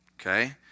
Okay